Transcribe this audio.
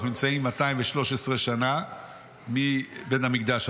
אנחנו נמצאים ב-213 מבית המקדש.